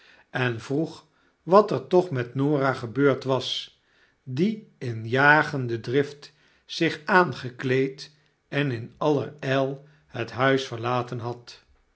en vroeg wat er loch met norah gebeurd was die in jagende drift zich aangekleed en in aller jjl het huis verlaten had